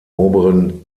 oberen